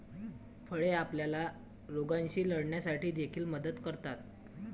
फळे आपल्याला रोगांशी लढण्यासाठी देखील मदत करतात